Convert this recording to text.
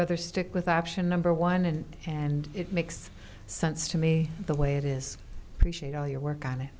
rather stick with option number one and and it makes sense to me the way it is appreciate all your work on it